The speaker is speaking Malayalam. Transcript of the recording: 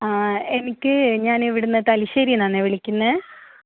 ആ എനിക്ക് ഞാൻ ഇവിടെ നിന്ന് തലശ്ശേരിയിൽ നിന്ന് ആണേ വിളിക്കുന്നത്